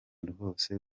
rwose